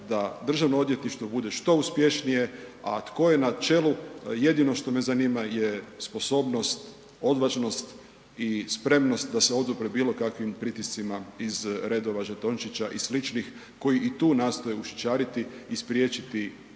je želja da DORH bude što uspješnije. A tko je na čelu jedino što me zanima sposobnost, odvažnost i spremnost da se odupre bilo kakvim pritiscima iz redova žetončića i sličnih koji i tu nastoje ušićariti i spriječiti normalno